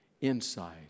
inside